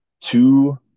two